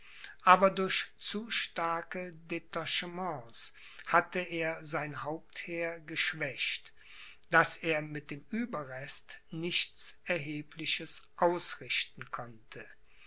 aber durch zu starke detachements hatte er sein hauptheer geschwächt daß er mit dem ueberrest nichts erhebliches ausrichten konnte